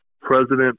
President